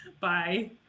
Bye